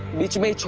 midway.